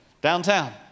downtown